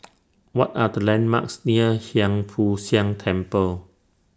What Are The landmarks near Hiang Foo Siang Temple